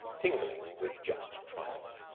tingling with just triumph.